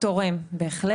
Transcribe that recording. תורם, בהחלט.